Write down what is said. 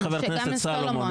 וחבר הכנסת סלומון.